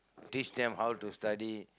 teach them how to study